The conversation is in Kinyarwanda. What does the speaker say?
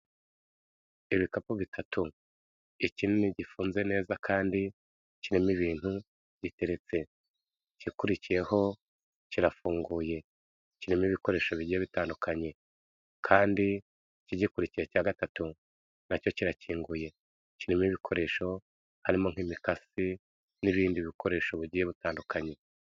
Ibikapu bitatu, ikinini gifunze neza kandi kirimo ibintu giteretse, igikurikiyeho kirafunguye. Kirimo ibikoresho bigiye bitandukanye kandi ikigikurikiye cya gatatu, na cyo kirakinguye. Kirimo ibikoresho harimo nk'imikasi n'ibindi bikoreshogiye bugiye butandukanye.